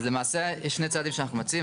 למעשה יש שני צעדים שאנחנו מציעים.